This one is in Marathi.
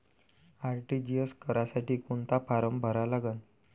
आर.टी.जी.एस करासाठी कोंता फारम भरा लागन?